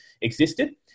existed